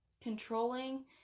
controlling